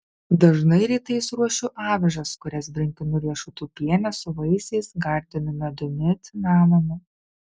dažnai rytais ruošiu avižas kurias brinkinu riešutų piene su vaisiais gardinu medumi cinamonu